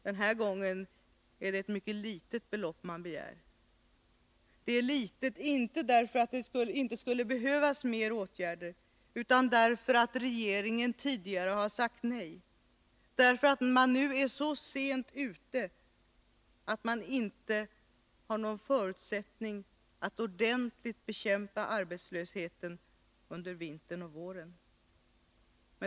Den här gången är det ett mycket litet belopp man begär — inte därför att det inte skulle behövas mer åtgärder men därför att regeringen tidigare har sagt nej och man nu är så sent ute att man inte har förutsättningar att ordentligt bekämpa arbetslösheten under vintern och våren.